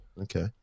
Okay